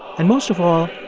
and most of all,